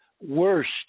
worst